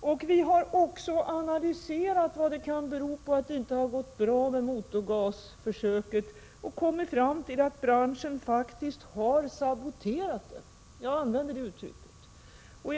och vi har även analyserat vad det kan bero på att det inte har gått bra med motorgasförsöket och kommit fram till att branschen faktiskt har saboterat det — jag använder det uttrycket.